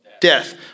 Death